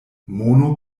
mono